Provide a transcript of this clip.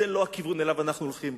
זה לא הכיוון שאליו אנחנו הולכים.